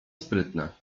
sprytne